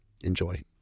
Enjoy